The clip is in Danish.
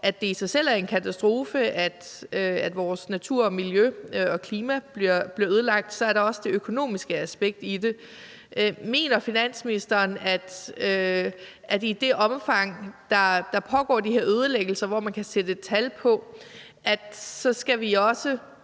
at det i sig selv er en katastrofe, at vores natur, miljø og klima bliver ødelagt, er der også det økonomiske aspekt i det. Mener finansministeren, at i det omfang, hvor der pågår de her ødelæggelser og man kan sætte et tal på, skal vi så